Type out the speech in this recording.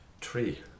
Three